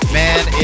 man